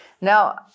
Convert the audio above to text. now